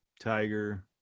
tiger